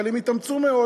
אבל הם התאמצו מאוד.